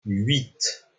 huit